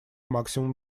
максимум